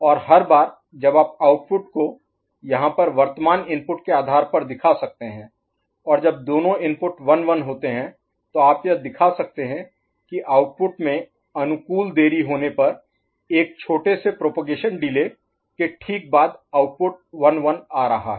और हर बार जब आप आउटपुट को यहां पर वर्तमान इनपुट के आधार पर दिखा सकते हैं और जब दोनों इनपुट 1 1 होते हैं तो आप यह दिखा सकते हैं कि आउटपुट में अनुकूल देरी होने पर एक छोटे से प्रोपगेशन डिले के ठीक बाद आउटपुट 1 1 आ रहा है